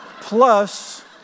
plus